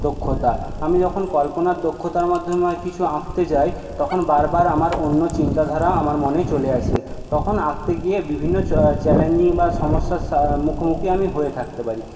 দক্ষতা আমি যখন কল্পনার দক্ষতার মাধ্যমে কিছু আঁকতে যাই বারবার আমার অন্য চিন্তাধারা আমার মনে চলে আসে তখন আঁকতে গিয়ে বিভিন্ন চ্যালেঞ্জিং বা সমস্যার মুখোমুখি আমি হয়ে থাকতে পারি